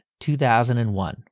2001